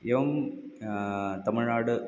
एवं तमिल्नाडु